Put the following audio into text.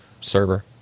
server